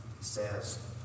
says